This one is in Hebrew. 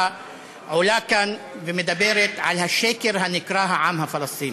עולה כאן ומדברת על השקר הנקרא העם הפלסטיני.